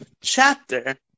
chapter